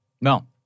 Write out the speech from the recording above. No